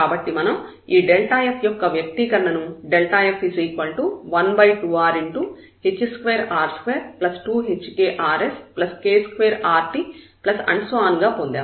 కాబట్టి మనం ఈ f యొక్క వ్యక్తీకరణ ను f12rh2r22hkrsk2rt గా పొందాము